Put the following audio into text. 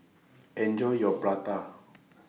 Enjoy your Prata